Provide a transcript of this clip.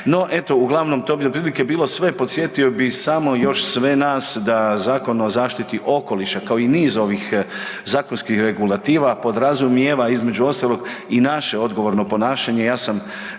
No, eto to bi uglavnom bilo otprilike sve, podsjetio bih samo još sve nas da Zakon o zaštiti okoliša kao i niz ovih zakonskih regulativa podrazumijeva između ostalog i naše odgovorno ponašanje,